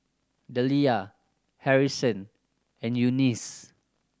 Dellia Harrison and Eunice